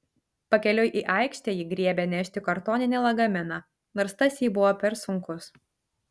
pakeliui į aikštę ji griebė nešti kartoninį lagaminą nors tas jai buvo per sunkus